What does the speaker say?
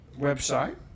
website